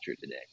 today